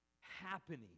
happening